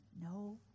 No